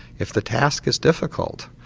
if the task is difficult,